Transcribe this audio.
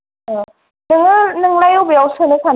औ नोंलाय बबेयाव सोनो सानदों